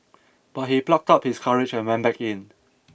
but he plucked up his courage and went back in